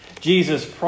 Jesus